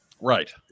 Right